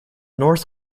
north